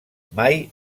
mai